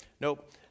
nope